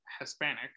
Hispanic